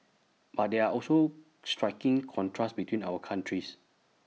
but there are also striking contrasts between our countries